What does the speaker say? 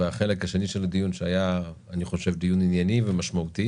ואת החלק השני של הדיון שאני חושב שהיה דיון ענייני ומשמעותי.